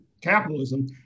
capitalism